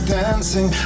dancing